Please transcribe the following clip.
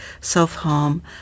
self-harm